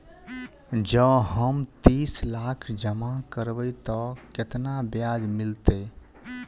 जँ हम तीस लाख जमा करबै तऽ केतना ब्याज मिलतै?